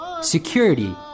security